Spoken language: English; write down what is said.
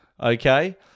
okay